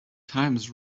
times